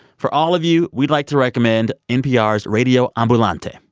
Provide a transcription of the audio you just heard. for all of you, we'd like to recommend npr's radio ambulante.